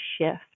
shift